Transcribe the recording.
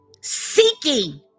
seeking